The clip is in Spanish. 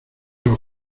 los